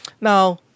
Now